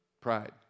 Pride